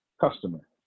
customer